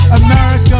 america